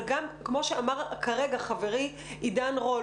אבל גם כמו שאמר כרגע חברי עידן רול,